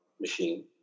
machine